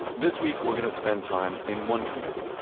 this week we're going to spend time in one community,